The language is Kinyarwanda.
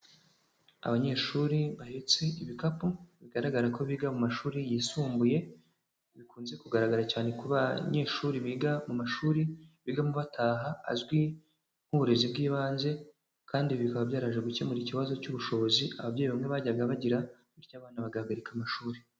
Abanyeshuri bahetse ibikapu bigaragara ko biga mu mashuri yisumbuye, bikunze kugaragara cyane ku banyeshuri biga mu mashuri bigamo bataha azwi nk'uburezi bw'ibanze, kandi bikaba byaraje gukemura ikibazo cy'ubushobozi ababyeyi bamwe bajyaga bagira, bityo abana bagahagarika amashuri.